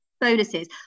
bonuses